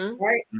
Right